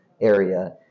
area